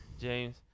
James